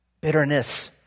bitterness